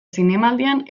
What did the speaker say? zinemaldian